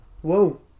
whoa